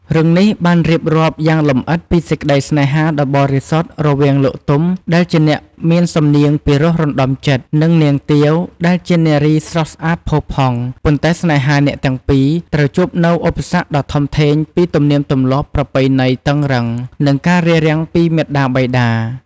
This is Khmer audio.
រឿងនេះបានរៀបរាប់យ៉ាងលម្អិតពីសេចក្តីស្នេហាដ៏បរិសុទ្ធរវាង លោក ទុំ ដែលជាអ្នកមានសំនៀងពីរោះរណ្តំចិត្ត និង នាង ទាវ ដែលជានារីស្រស់ស្អាតផូរផង់ ប៉ុន្តែស្នេហាអ្នកទាំងពីរត្រូវជួបនូវឧបសគ្គដ៏ធំធេងពី ទំនៀមទម្លាប់ប្រពៃណីតឹងរ៉ឹង និងការរារាំងពីមាតាបិតា។។